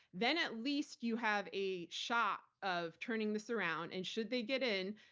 then at least you have a shot of turning this around and should they get in,